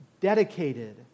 dedicated